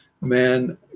man